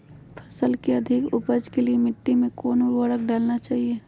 फसल के अधिक उपज के लिए मिट्टी मे कौन उर्वरक डलना चाइए?